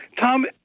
Tom